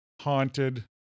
Haunted